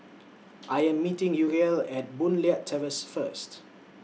I Am meeting Uriel At Boon Leat Terrace First